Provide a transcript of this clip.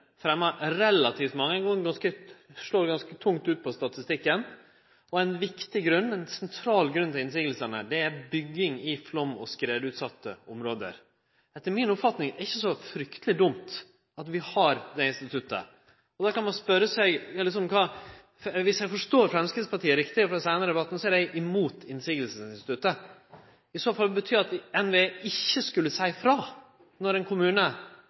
relativt mange som slår ganske tungt ut på statistikken. Ein viktig grunn, ein sentral grunn, til motsegnene er bygging i flaum- og skredutsette område. Etter mi oppfatning er det ikkje så frykteleg dumt at vi har det instituttet. Dersom eg forstår Framstegspartiet riktig i debatten, er dei imot motsegnsinstituttet. I så fall betyr det at NVE ikkje skulle seie frå når ein kommune